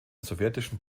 sowjetischen